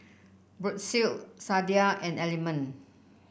Brotzeit Sadia and Element